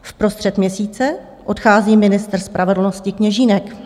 Vprostřed měsíce odchází ministr spravedlnosti Kněžínek.